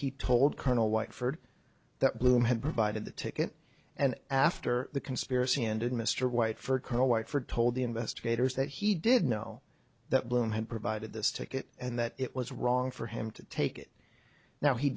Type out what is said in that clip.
he told colonel white furred that bloom had provided the ticket and after the conspiracy ended mr white for coal white for told the investigators that he did know that bloom had provided this ticket and that it was wrong for him to take it now he